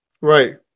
Right